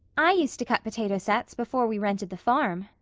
i used to cut potato sets before we rented the farm,